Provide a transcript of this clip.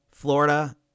Florida